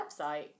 website